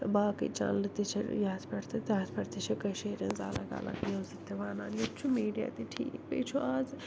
باقٕے چنلہٕ تہِ چھِ یَتھ پٮ۪ٹھ تہٕ تتھ پٮ۪ٹھ تہِ چھِ کٔشیٖرِ ہِنٛز الگ الگ نِوزٕ تہِ وَنان ییٚتہِ چھُ میٖڈیا تہِ ٹھیٖک بیٚیہِ چھُ آز